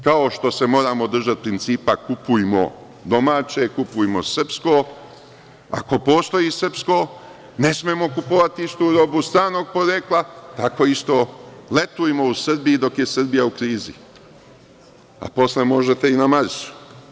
Kao što se moram držati principa - kupujmo domaće, kupujmo srpsko, ako postoji srpsko ne smemo kupovati istu robu stranog porekla, tako isto letujmo u Srbiji dok je Srbija u krizi, a posle možete i na Marsu.